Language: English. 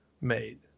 made